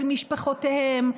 של משפחותיהם,